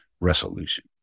resolution